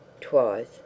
twice